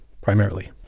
primarily